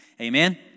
Amen